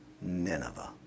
Nineveh